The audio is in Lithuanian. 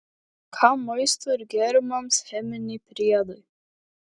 kam maistui ir gėrimams cheminiai priedai